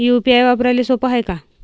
UPI वापराले सोप हाय का?